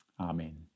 Amen